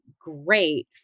great